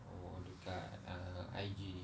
oh dekat uh I_G